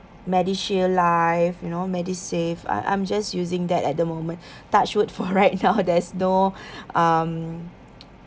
medishield life you know medisave I I'm just using that at the moment touch wood for right now there's no um